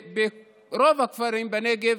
ברוב הכפרים בנגב,